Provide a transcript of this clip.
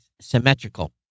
symmetrical